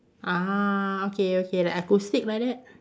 ah okay okay like acoustic like that